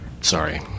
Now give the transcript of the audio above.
Sorry